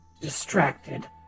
distracted